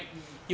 mm